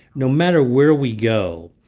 no matter where we go,